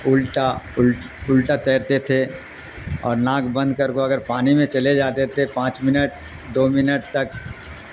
الٹا الٹا تیرتے تھے اور ناک بند کر کو اگر پانی میں چلے جاتے تھے پانچ منٹ دو منٹ تک